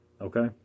Okay